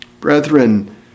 Brethren